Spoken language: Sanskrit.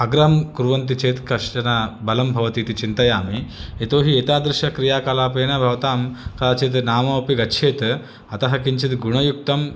आग्रहं कुर्वन्ति चेत् कश्चन बलं भवति इति चिन्तयामि यतोहि एतादृशक्रियाकलापेन भवतां काचित् नामोपि गच्छेत् अतः किञ्चित् गुणयुक्तं